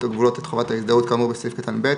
הגבולות את חובת ההזדהות כאמור בסעיף קטן (ב),